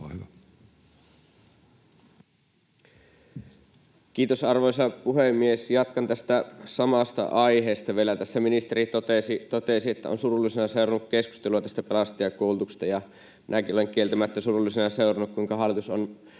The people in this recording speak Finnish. Kiitos, arvoisa puhemies! Jatkan tästä samasta aiheesta vielä. Tässä ministeri totesi, että on surullisena seurannut keskustelua tästä pelastajakoulutuksesta. Minäkin olen kieltämättä surullisena seurannut, kuinka hallitus on